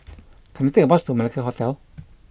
can I take a bus to Malacca Hotel